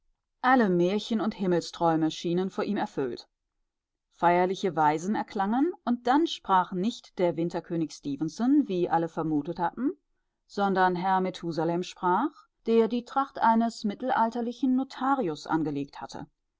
alle märchen und himmelsträume schienen vor ihm erfüllt feierliche weisen erklangen und dann sprach nicht der winterkönig stefenson wie alle vermutet hatten sondern herr methusalem sprach der die tracht eines mittelalterlichen notarius angelegt hatte